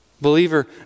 Believer